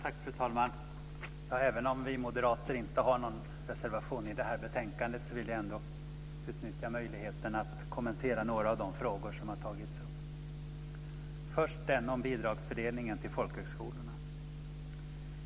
Fru talman! Även om vi moderater inte har någon reservation i detta betänkande vill jag ändå utnyttja möjligheten att kommentera några av de frågor som har tagits upp. Först frågan om bidragsfördelningen till folkhögskolorna.